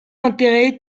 enterré